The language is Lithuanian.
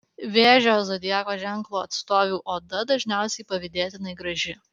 vėžio zodiako ženklo atstovių oda dažniausiai pavydėtinai graži